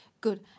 good